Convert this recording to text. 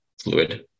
fluid